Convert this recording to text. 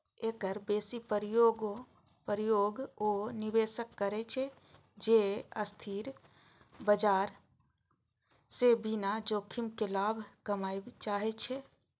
एकर बेसी प्रयोग ओ निवेशक करै छै, जे अस्थिर बाजार सं बिना जोखिम के लाभ कमबय चाहै छै